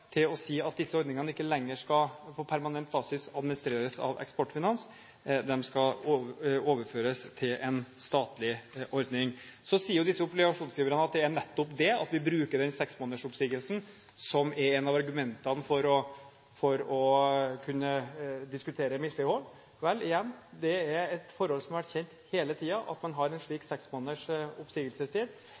til å si at 108-ordningene ikke lenger, på permanent basis, skal administreres av Eksportfinans. De skal overføres til en statlig ordning. Så sier disse obligasjonsgiverne at det er nettopp det at vi bruker den seks måneders oppsigelsestiden som er et av argumentene for å kunne diskutere mislighold. Igjen: Det at man har en slik seks måneders oppsigelsestid, er et forhold som har vært kjent hele tiden. Så man